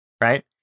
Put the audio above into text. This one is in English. right